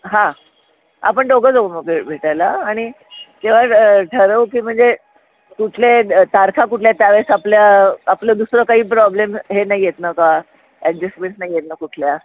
हां तर आपण दोघं जाऊ मग भेटायला आणि केव्हा ठरवू की म्हणजे कुठले द तारखा कुठल्या त्यावेळेस आपल्या आपलं दुसरं काही प्रॉब्लेम हे नाही येत नं का ॲडजस्टमेंट नाही येत नं कुठल्या